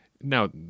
Now